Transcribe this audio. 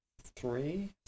three